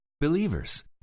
Believers